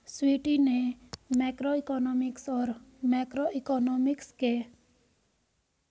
स्वीटी ने मैक्रोइकॉनॉमिक्स और माइक्रोइकॉनॉमिक्स के अन्तर को स्पष्ट रूप से बताया